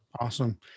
Awesome